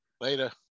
Later